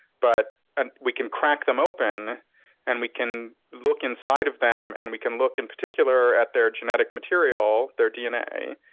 but and we can crack them open and we can look inside of them. and we can look in particular at their genetic material, their dna.